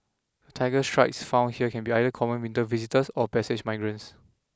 The Tiger Shrikes found here can be either common winter visitors or passage migrants